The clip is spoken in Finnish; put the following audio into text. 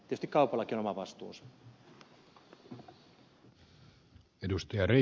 tietysti kaupallakin on oma vastuunsa